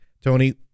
Tony